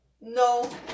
No